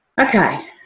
Okay